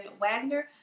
Wagner